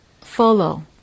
follow